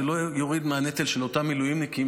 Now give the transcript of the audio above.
זה לא יוריד מהנטל של אותם מילואימניקים,